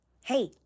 Hey